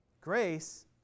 Grace